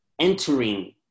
entering